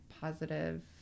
positive